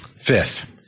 Fifth